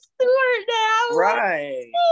Right